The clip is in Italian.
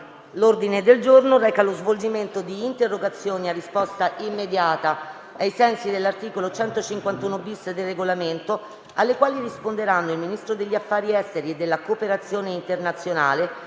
L'ordine del giorno reca lo svolgimento di interrogazioni a risposta immediata (cosiddetto *question time*), ai sensi dell'articolo 151-*bis* del Regolamento, alle quali risponderanno il Ministro degli affari esteri e della cooperazione internazionale